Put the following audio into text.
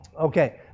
Okay